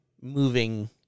moving